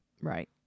Right